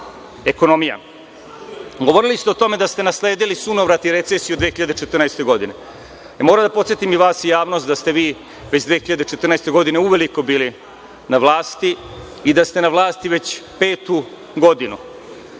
ekonomija. Govorili ste o tome da ste nasledili sunovrat i recesiju 2014. godine. Moram da podsetim i vas i javnost da ste vi već 2014. godine uveliko bili na vlasti i da ste na vlasti već petu godinu,